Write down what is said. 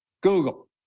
Google